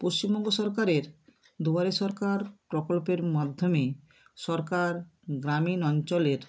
পশ্চিমবঙ্গ সরকারের দুয়ারে সরকার প্রকল্পের মাধ্যমে সরকার গ্রামীণ অঞ্চলের